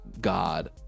god